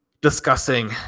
Discussing